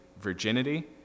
virginity